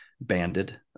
banded